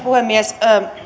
puhemies